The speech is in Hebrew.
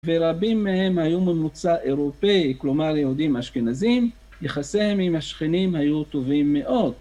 ורבים מהם היו ממוצע אירופאי, כלומר יהודים אשכנזים, יחסיהם עם השכנים היו טובים מאוד.